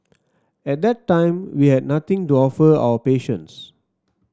at that time we had nothing to offer our patients